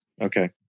Okay